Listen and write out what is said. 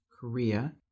Korea